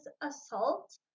assault